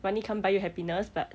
money can't buy you happiness but